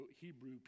Hebrew